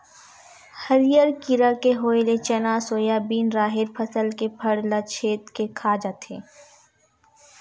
हरियर कीरा के होय ले चना, सोयाबिन, राहेर फसल के फर ल छेंद के खा जाथे